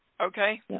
Okay